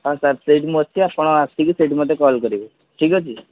ହଁ ସାର୍ ସେଇଠି ମୁଁ ଅଛି ଆପଣ ଆସିକି ସେଇଠି ମତେ କଲ୍ କରିବେ ଠିକ୍ ଅଛି